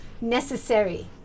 necessary